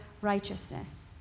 righteousness